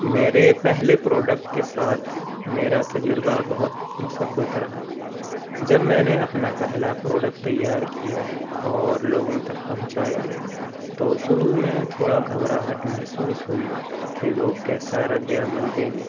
میرے پہلے پروڈکٹ کے ساتھ میرا تجربہ بہت مثبت رہا جب میں نے اپنا پہلا پروڈکٹ تیار کیا اور لوگوں تک پہنچایا تو شروع میں تھوڑا گھبراہٹ محسوس ہوئی کہ لوگ کیسا رد عمل دیں گے